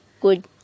good